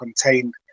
contained